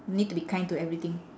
need to be kind to everything